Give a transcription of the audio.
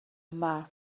yma